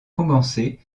commencé